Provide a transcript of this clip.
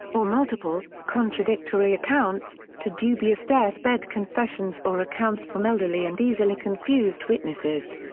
or multiple, contradictory accounts, to dubious death-bed confessions or accounts from elderly and easily confused witnesses.